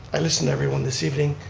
and listen everyone this evening,